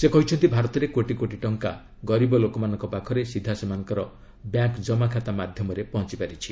ସେ କହିଛନ୍ତି ଭାରତରେ କୋଟି କୋଟି ଟଙ୍କା ଗରିବ ଲୋକମାନଙ୍କ ପାଖରେ ସିଧା ସେମାନଙ୍କ ବ୍ୟାଙ୍କ ଜମାଖାତା ମାଧ୍ୟମରେ ପହଞ୍ଚପାରିଛି